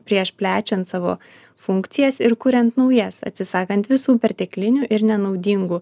prieš plečiant savo funkcijas ir kuriant naujas atsisakant visų perteklinių ir nenaudingų